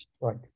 Right